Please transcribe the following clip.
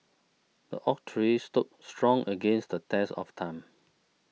the oak tree stood strong against the test of time